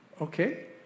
Okay